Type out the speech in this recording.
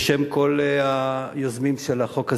בשם כל היוזמים של החוק הזה,